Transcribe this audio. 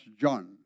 John